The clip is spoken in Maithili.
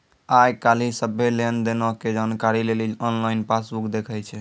आइ काल्हि सभ्भे लेन देनो के जानकारी लेली आनलाइन पासबुक देखै छै